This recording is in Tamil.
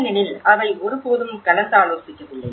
ஏனெனில் அவை ஒருபோதும் கலந்தாலோசிக்கவில்லை